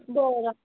बरं